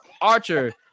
Archer